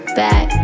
back